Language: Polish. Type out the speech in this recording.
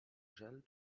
żel